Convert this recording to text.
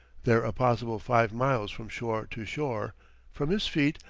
there a possible five miles from shore to shore from his feet,